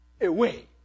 away